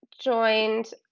joined